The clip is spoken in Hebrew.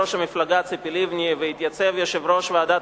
המפלגה ציפי לבני והתייצב יושב-ראש ועדת